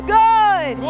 good